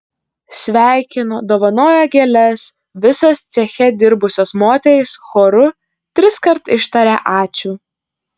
sveikino dovanojo gėles visos ceche dirbusios moterys choru triskart ištarė ačiū